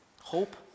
hope